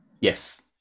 yes